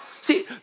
See